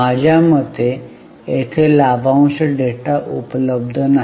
माझ्या मते येथे लाभांश डेटा उपलब्ध नाही